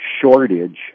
shortage